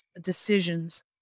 decisions